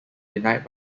denied